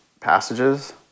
passages